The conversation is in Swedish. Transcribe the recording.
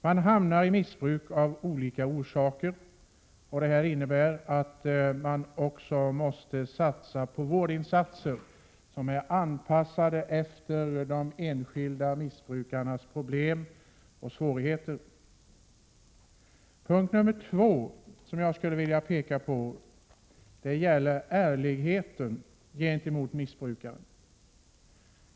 Människor hamnar i missbruk av olika orsaker, vilket innebär att man måste satsa på vårdinsatser som är anpassade till de enskilda missbrukarnas problem och svårigheter. Det andra som jag skulle vilja peka på gäller ärligheten mot missbrukaren.